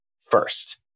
first